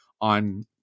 on